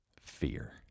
fear